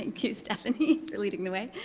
thank you, stephanie, for leading the way.